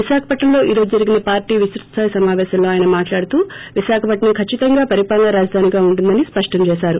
విశాఖపట్సంలో ఈ రోజు జరిగిన పార్టీ విస్తృతస్థాయి సమావేశంలో ఆయన మాట్లాడుతూ విశాఖపట్నం కచ్చితంగా పరిపాలనా రాజధానిగా ఉంటుందని స్పష్టం చేసారు